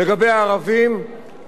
5,500,